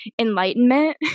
enlightenment